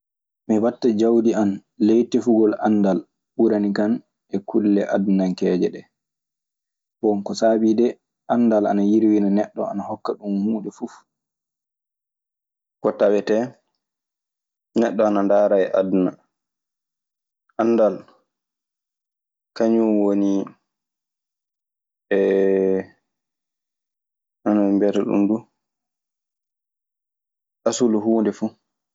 Mi waɗta jawdi an ley tefugol anndal ɓuranikan e kulle adunankeeje. Bon, ko saabiidee, anndal ana yirwina neɗɗo, ana hokka ɗun huunde fuf ko tawetee neɗɗo ana ndaara e aduna. Anndal, kañun woni hon ɓe mbiyata ɗun du asulu huunde fu.